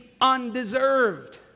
undeserved